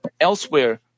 elsewhere